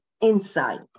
inside